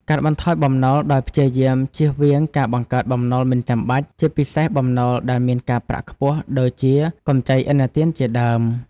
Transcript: កាត់បន្ថយបំណុល ដោយព្យាយាមជៀសវាងការបង្កើតបំណុលមិនចាំបាច់ ជាពិសេសបំណុលដែលមានការប្រាក់ខ្ពស់ ដូចជាកម្ចីឥណទានជាដើម។